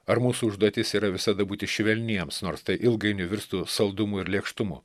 ar mūsų užduotis yra visada būti švelniems nors tai ilgainiui virstų saldumu ir lėkštumu